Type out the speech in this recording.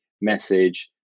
message